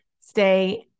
stay